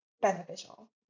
beneficial